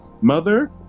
Mother